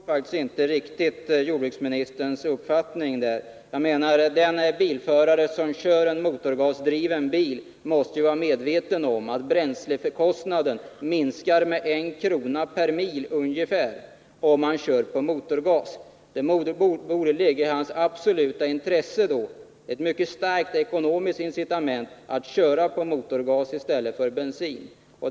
Herr talman! Jag förstår faktiskt inte jordbruksministern riktigt. Den bilförare som kör en motorgasdriven bil måste ju vara medveten om att bränslekostnaden minskar med ungefär en krona per mil. Det borde därför vara ett mycket starkt ekonomiskt incitament att köra på motorgas i stället för på bensin.